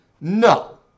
No